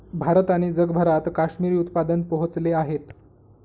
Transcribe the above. भारत आणि जगभरात काश्मिरी उत्पादन पोहोचले आहेत